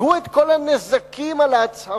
ספגו את כל הנזקים על ההצהרות,